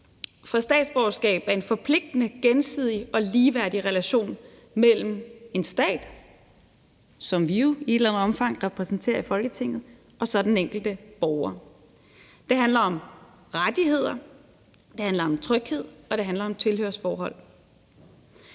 For statsborgerskab er en forpligtende gensidig og ligeværdig relation mellem en stat, som vi jo i et eller andet omfang repræsenterer i Folketinget, og så den enkelte borger. Det handler om rettigheder, det handler om tryghed, og det handler om tilhørsforhold.